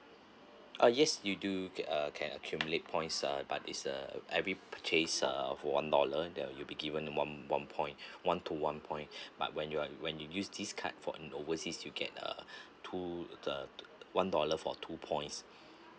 ah yes you do get uh can accumulate points uh but is uh every purchase uh for one dollar then you will be given one point one to one point but when you're when you use this card for in overseas you get uh two the one dollar for two points